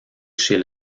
chez